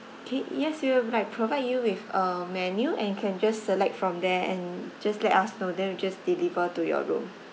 K yes we will like provide you with a menu and can just select from there and just let us know then just deliver to your room